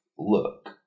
look